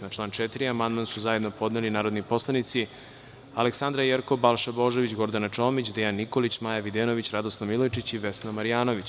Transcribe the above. Na član 4. amandman su zajedno podneli narodni poslanici Aleksandra Jerkov, Balša Božović, Gordana Čomić, Dejan Nikolić, Maja Videnović, Radoslav Milojičić, Vesna Marjanović.